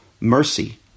mercy